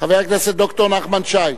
חבר הכנסת ד"ר נחמן שי,